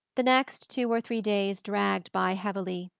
the next two or three days dragged by heavily.